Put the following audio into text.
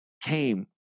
came